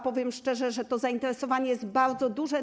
Powiem szczerze, że to zainteresowanie jest bardzo duże.